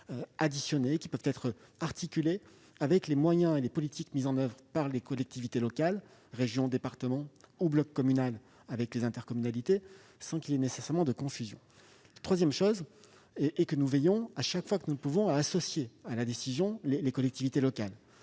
qui peuvent être articulés avec les moyens et les politiques mis en oeuvre par les collectivités locales- région, département, ou bloc communal, avec les intercommunalités -, sans qu'il y ait nécessairement de confusion. Enfin, nous veillons chaque fois que nous le pouvons à associer les collectivités locales